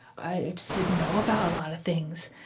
i just didn't know about a lot of things.